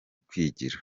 kwigira